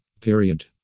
period